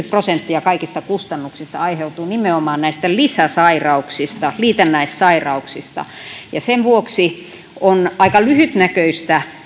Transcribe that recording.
prosenttia kaikista kustannuksista aiheutuu nimenomaan näistä lisäsairauksista liitännäissairauksista sen vuoksi on aika lyhytnäköistä